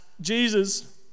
Jesus